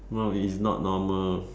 no it is not normal